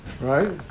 right